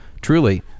truly